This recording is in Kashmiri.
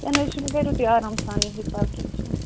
کیٚنٛہہ نَہ حظ چھُنہٕ کٔرِو تُہۍ آرام سان یہِ حساب کیٚنٛہہ چھُنہٕ